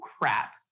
crap